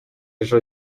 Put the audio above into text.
ejo